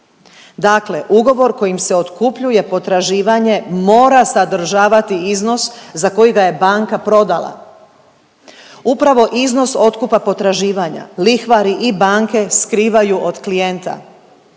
dakle ugovor kojim se otkupljuje potraživanje mora sadržavati iznos za koji ga je banka prodala. Upravo iznos otkupa potraživanja lihvari i banke skrivaju od klijenta,